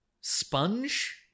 Sponge